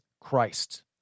Christ